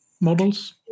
Models